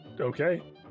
Okay